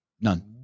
none